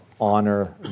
honor